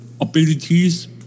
abilities